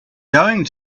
going